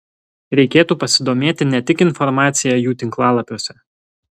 reikėtų pasidomėti ne tik informacija jų tinklalapiuose